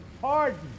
pardon